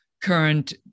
current